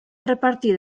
repartir